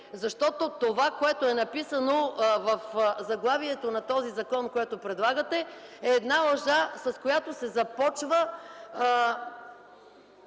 Защото това, което е написано в заглавието на този закон, който предлагате, е лъжа, с която се започва